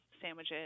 sandwiches